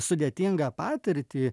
sudėtingą patirtį